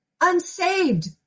unsaved